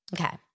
Okay